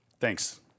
Thanks